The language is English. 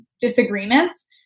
disagreements